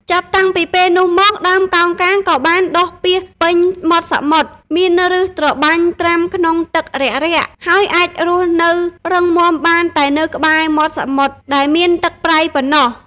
ចាប់តាំងពីពេលនោះមក ដើមកោងកាងក៏បានដុះពាសពេញមាត់សមុទ្រ មានប្ញសត្របាញ់ត្រាំក្នុងទឹករាក់ៗ ហើយអាចរស់នៅរឹងមាំបានតែនៅក្បែរមាត់សមុទ្រដែលមានទឹកប្រៃប៉ុណ្ណោះ។